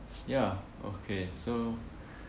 ya okay so